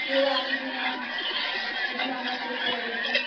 তেল আছে কি না সেগুলো আমরা চেক করে দেখি